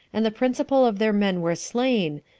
and the principal of their men were slain,